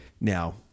Now